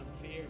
fear